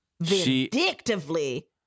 Vindictively